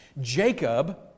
Jacob